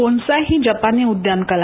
bonsai ही जपानी उदयान कला